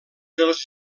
dels